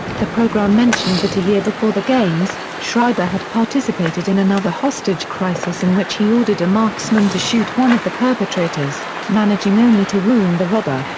the program mentioned that a year before the games, schreiber had participated in another hostage crisis in which he ordered a marksman to shoot one of the perpetrators, managing only to wound the robber.